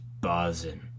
buzzing